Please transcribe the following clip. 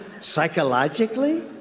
psychologically